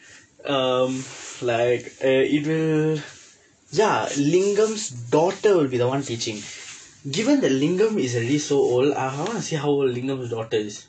um like uh இது:ithu ya lingam's daughter will be the [one] teaching given that lingam is already so old I I wanna see how old lingam daughter is